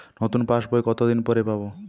নতুন পাশ বই কত দিন পরে পাবো?